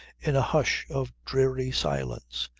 in a hush of dreary silence.